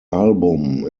album